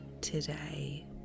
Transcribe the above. today